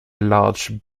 large